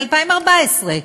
מ-2014,